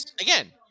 again